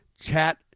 chat